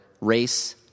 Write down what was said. race